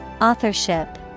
Authorship